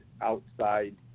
outside